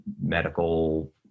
medical